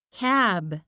cab